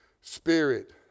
spirit